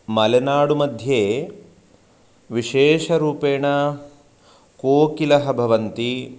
मलेनाडु मध्ये विशेषरूपेण कोकिलः भवन्ति